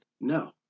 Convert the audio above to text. No